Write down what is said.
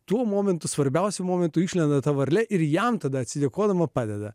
tuo momentu svarbiausiu momentu išlenda ta varlė ir jam tada atsidėkodama padeda